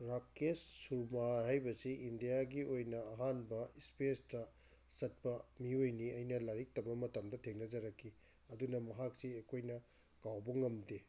ꯔꯥꯀꯦꯁ ꯁꯔꯃ ꯍꯥꯏꯔꯤꯕꯁꯤ ꯏꯟꯗꯤꯌꯥꯒꯤ ꯑꯣꯏꯅ ꯑꯍꯥꯟꯕ ꯁ꯭ꯄꯦꯁꯇ ꯆꯠꯄ ꯃꯤꯑꯣꯏꯅꯤ ꯑꯩꯅ ꯂꯥꯏꯔꯤꯛ ꯇꯝꯕ ꯃꯇꯝꯗ ꯊꯦꯡꯅꯖꯔꯛꯈꯤ ꯑꯗꯨꯅ ꯃꯍꯥꯛꯁꯤ ꯑꯩꯈꯣꯏꯅ ꯀꯥꯎꯕ ꯉꯝꯗꯦ